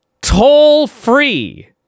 toll-free